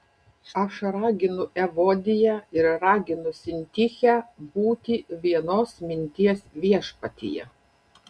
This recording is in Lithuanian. aš raginu evodiją ir raginu sintichę būti vienos minties viešpatyje